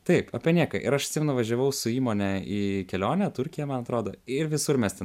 taip apie nieką ir aš atsimenu važiavau su įmone į kelionę turkiją man atrodo ir visur mes ten